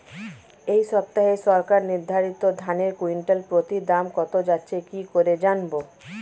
এই সপ্তাহে সরকার নির্ধারিত ধানের কুইন্টাল প্রতি দাম কত যাচ্ছে কি করে জানবো?